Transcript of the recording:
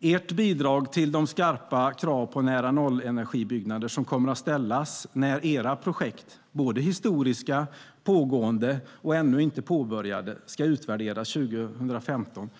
Era bidrag till de skarpa krav på nära-nollenergibyggnader som kommer att ställas när era projekt, historiska, pågående och ännu inte påbörjade, ska utvärderas 2015